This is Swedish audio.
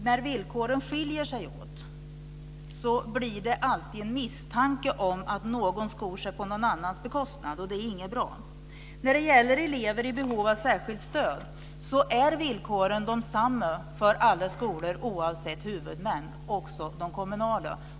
När villkoren skiljer sig åt blir det alltid en misstanke om att någon skor sig på någon annans bekostnad, och det är inte bra. När det gäller elever i behov av särskilt stöd är villkoren desamma för alla skolor oavsett huvudmän, också de kommunala.